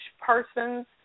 persons